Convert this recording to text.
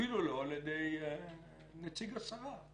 אפילו לא על ידי נציג השרה.